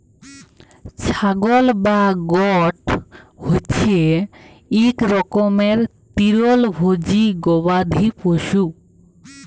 ছাগল বা গট হছে ইক রকমের তিরলভোজী গবাদি পশু